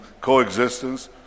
coexistence